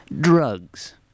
Drugs